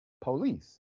police